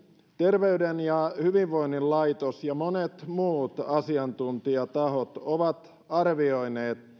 terveyden ja hyvinvoinnin laitos ja monet muut asiantuntijatahot ovat arvioineet